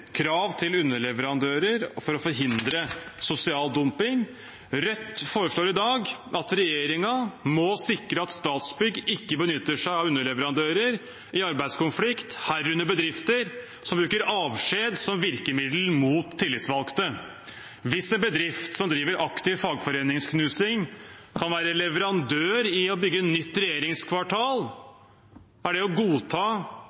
krav til underleverandører for å forhindre sosial dumping. Rødt foreslår i dag at regjeringen må sikre at Statsbygg ikke benytter seg av underleverandører i arbeidskonflikt, herunder bedrifter som bruker avskjed som virkemiddel mot tillitsvalgte. Hvis en bedrift som driver aktiv fagforeningsknusing, kan være leverandør i forbindelse med bygging av nytt